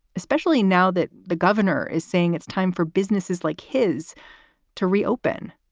especially now that the governor is saying it's time for businesses like his to reopen.